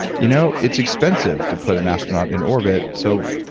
you know, it's expensive to put an astronaut in orbit. so,